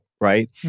right